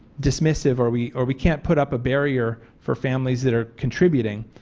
dismissive, or we or we cannot put up a barrier for families that are contributing.